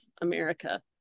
America